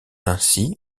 ainsi